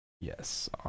Yes